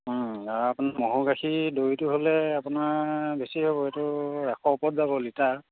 আৰু আপোনাৰ ম'হৰ গাখীৰ দৈটো হ'লে আপোনাৰ বেছি হ'ব এইটো এশ ওপৰত যাব লিটাৰ